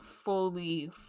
fully